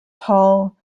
tall